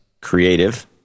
Creative